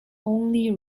only